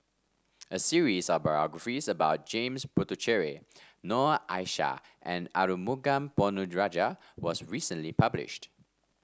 a series of biographies about James Puthucheary Noor Aishah and Arumugam Ponnu Rajah was recently published